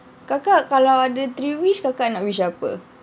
kakak kalau ada three wish kakak nak wish apa